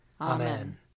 Amen